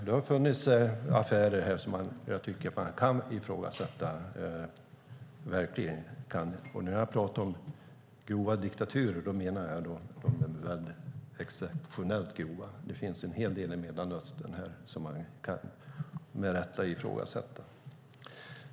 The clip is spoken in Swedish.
Det har funnits affärer där jag tycker att man kan ifrågasätta detta. När jag pratar om grova diktaturer menar jag de exceptionellt grova. Det finns en hel del i Mellanöstern som man med rätta kan ifrågasätta.